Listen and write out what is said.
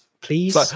please